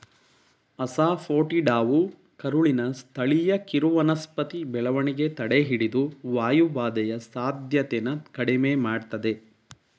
ಅಸಾಫೋಟಿಡಾವು ಕರುಳಿನ ಸ್ಥಳೀಯ ಕಿರುವನಸ್ಪತಿ ಬೆಳವಣಿಗೆ ತಡೆಹಿಡಿದು ವಾಯುಬಾಧೆಯ ಸಾಧ್ಯತೆನ ಕಡಿಮೆ ಮಾಡ್ತದೆ